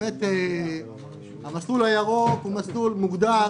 המסלול הירוק מוגדר.